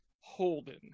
Holden